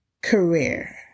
career